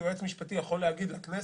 כיועץ משפטי יכול להגיד לכנסת,